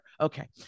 okay